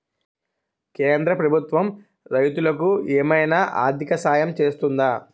కేంద్ర ప్రభుత్వం రైతులకు ఏమైనా ఆర్థిక సాయం చేస్తుందా?